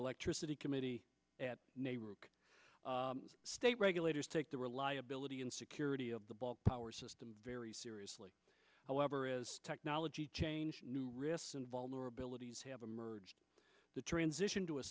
electricity committee at state regulators take the reliability and security of the ball power system very seriously however as technology change new risks and vulnerabilities have emerged the transition to a